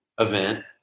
event